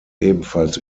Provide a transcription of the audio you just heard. ebenfalls